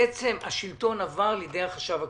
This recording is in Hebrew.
ובעצם השלטון עבר לידי החשב הכללי.